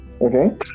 Okay